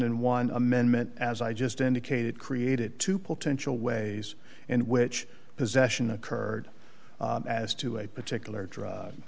and one amendment as i just indicated created two potential ways in which possession occurred as to a particular dr